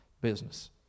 business